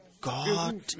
God